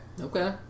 Okay